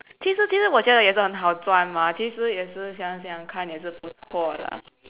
其实其实我觉得也是很好捐吗其实也是想想看也是不错啦